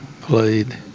played